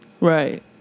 Right